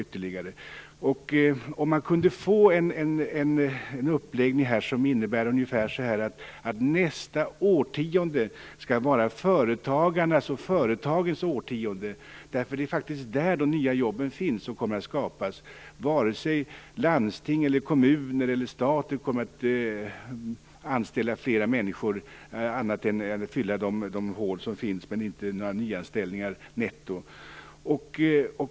Tänk om man kunde få en uppläggning innebärande att nästa årtionde skall vara företagarnas och företagens årtionde! Det är faktiskt där de nya jobben finns. Det är där de kommer att skapas. Varken landstingen, kommunerna eller staten kommer att anställa fler människor annat än för att fylla de hål som uppstår. Netto blir det inga nyanställningar.